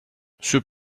c’est